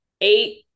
eight